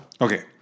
Okay